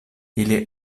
ili